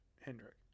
Hendrick